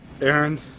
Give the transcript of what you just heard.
Aaron